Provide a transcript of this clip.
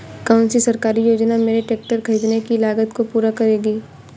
कौन सी सरकारी योजना मेरे ट्रैक्टर ख़रीदने की लागत को पूरा करेगी?